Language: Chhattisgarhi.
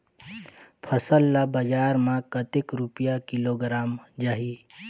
फसल ला बजार मां कतेक रुपिया किलोग्राम जाही?